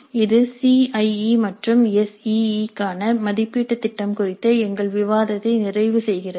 இது C I E மற்றும் S E E க்கான மதிப்பீட்டுத் திட்டம் குறித்த எங்கள் விவாதத்தை நிறைவு செய்கிறது